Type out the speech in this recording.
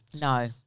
No